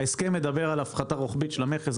ההסכם מדבר על הפחתה רוחבית של המכס,